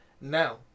Now